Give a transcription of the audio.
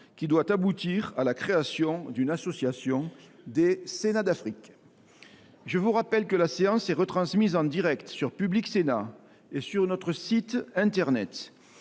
qui doit aboutir à la création d’une association des Sénats d’Afrique. Mes chers collègues, je vous rappelle que la séance est retransmise en direct sur Public Sénat et sur notre site internet.